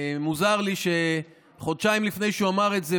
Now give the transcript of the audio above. מוזר לי שחודשיים לפני שהוא אמר את זה,